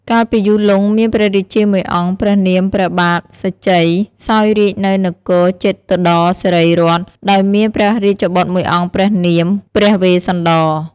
កាលពីយូរលង់ មានព្រះរាជាមួយអង្គព្រះនាម ព្រះបាទសញ្ជ័យ សោយរាជ្យនៅនគរជេតុត្តរសិរីរដ្ឋ ដោយមានព្រះរាជបុត្រមួយអង្គព្រះនាម ព្រះវេស្សន្តរ។